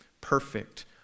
perfect